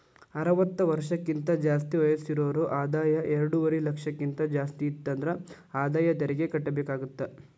ಅರವತ್ತ ವರ್ಷಕ್ಕಿಂತ ಜಾಸ್ತಿ ವಯಸ್ಸಿರೋರ್ ಆದಾಯ ಎರಡುವರಿ ಲಕ್ಷಕ್ಕಿಂತ ಜಾಸ್ತಿ ಇತ್ತಂದ್ರ ಆದಾಯ ತೆರಿಗಿ ಕಟ್ಟಬೇಕಾಗತ್ತಾ